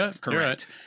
correct